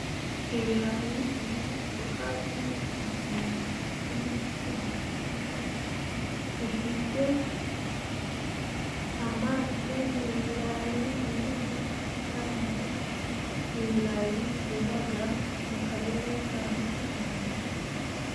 Ibirayi biri mu mufuka gw'ibirayi, ni ibirayi by'umutuku bya kinigi bifite amaso, ni ibirayi binini cane, ni ibirayi byeraga mu karere ka Musanze.